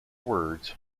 words